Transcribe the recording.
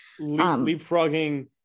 leapfrogging